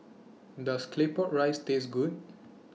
Does Claypot Rice Taste Good